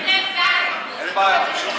אין בעיה.